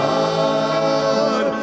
God